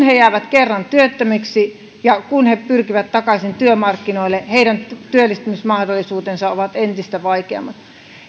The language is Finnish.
he jäävät kerran työttömiksi ja kun he pyrkivät takaisin työmarkkinoille heidän työllistymismahdollisuutensa ovat entistä vaikeammat